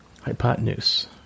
hypotenuse